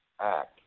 act